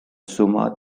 summa